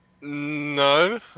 No